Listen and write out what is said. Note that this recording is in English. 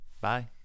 Bye